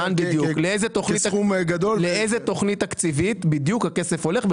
לאן בדיוק, לאיזה תכנית תקציבית בדיוק הכסף הולך.